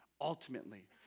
ultimately